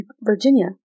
Virginia